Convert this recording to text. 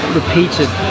repeated